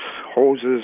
hoses